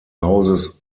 hauses